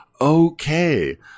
okay